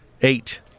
Eight